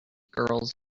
girls